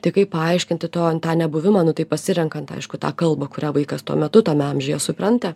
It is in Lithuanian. tai kaip paaiškinti to tą nebuvimą nu tai pasirenkant aišku tą kalbą kurią vaikas tuo metu tame amžiuje supranta